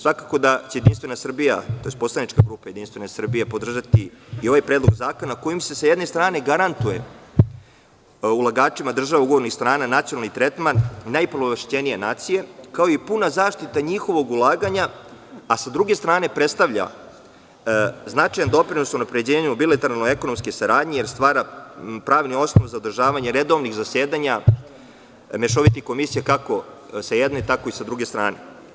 Svakako da će poslanička grupa JS podržati i ovaj predlog zakona kojim se, sa jedne strane, garantuje ulagačima država ugovornih strana nacionalni tretman najpovlašćenije nacije, kao i puna zaštita njihovog ulaganja, a s druge strane predstavlja značajan doprinos unapređenju bilateralno-ekonomske saradnje, jer stvara pravni osnov za održavanje redovnih zasedanja mešovitih komisija, kako sa jedne, tako i sa druge strane.